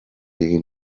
egin